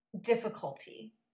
difficulty